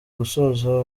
gusoza